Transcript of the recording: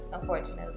unfortunately